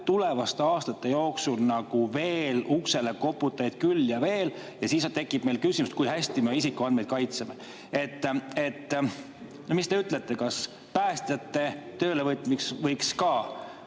tuleb aastate jooksul uksele koputajaid küll ja veel ja siis tekib küsimus, kui hästi me isikuandmeid kaitseme. Mis te ütlete, kas päästjate töölevõtmisel võiks ka